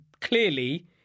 clearly